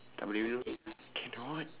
tak boleh minum cannot